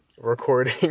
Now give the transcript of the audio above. recording